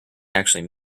actually